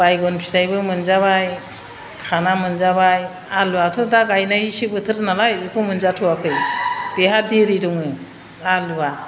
बायगन फिथाइबो मोनजाबाय खाना मोनजाबाय आलुआथ' दा गायनायसो बोथोर नालाय बेखौ मोनजाथ'वाखै बेहा देरि दङ आलुआ